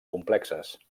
complexes